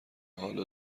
حالو